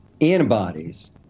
antibodies